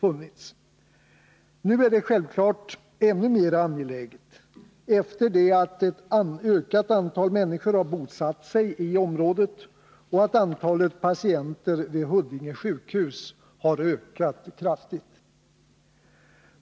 Det är självfallet ännu mer angeläget nu, efter det att ett ökat antal människor bosatt sig i området och antalet patienter vid Huddinge sjukhus kraftigt har ökat.